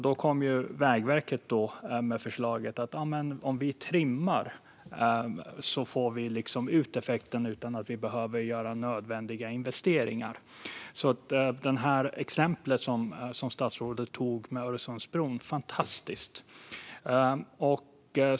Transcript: Då kom Vägverket med förslaget att om vi trimmar får vi ut effekten utan att behöva göra nödvändiga investeringar. Att statsrådet tog Öresundsbron som exempel är fantastiskt.